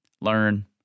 Learn